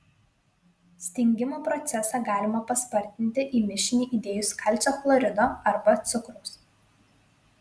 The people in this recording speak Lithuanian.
stingimo procesą galima paspartinti į mišinį įdėjus kalcio chlorido arba cukraus